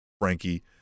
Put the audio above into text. Frankie